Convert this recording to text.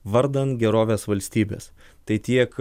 vardan gerovės valstybės tai tiek